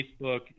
Facebook